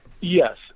Yes